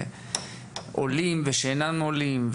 עולים ושאינם עולים,